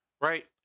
right